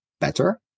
better